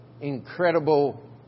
incredible